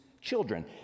children